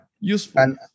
Useful